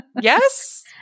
yes